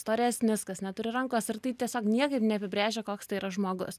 storesnis kas neturi rankos ir tai tiesiog niekaip neapibrėžia koks tai yra žmogus